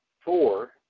four